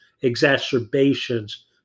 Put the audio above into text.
exacerbations